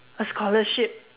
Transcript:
a scholarship